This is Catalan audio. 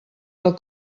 del